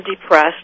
depressed